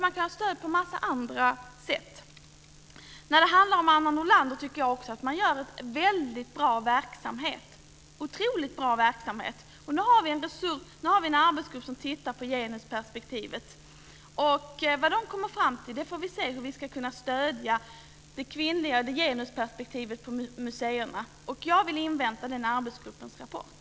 Man kan ha stöd på en massa andra sätt. När det handlar om Anna Nordlander tycker jag också att man har en väldigt bra verksamhet. Nu har vi en arbetsgrupp som tittar på genusperspektivet, och vi får se vad den kommer fram till om hur vi ska kunna stödja det kvinnliga perspektivet och genusperspektivet på museerna. Jag vill invänta den arbetsgruppens rapport.